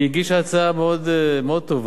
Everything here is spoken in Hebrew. היא הגישה הצעה מאוד טובה.